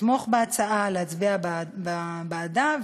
לתמוך בהצעה ולהצביע בעדה.